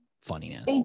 funniness